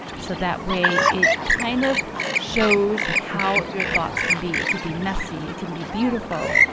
so that way it kind of shows how your thoughts can be. it can be messy. it can be beautiful.